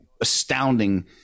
astounding